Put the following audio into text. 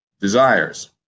desires